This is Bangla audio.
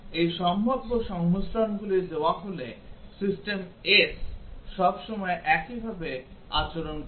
এই সম্ভাব্য সংমিশ্রণগুলি দেওয়া হলে সিস্টেম S সব সময় একইভাবে আচরণ করে